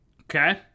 Okay